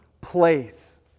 place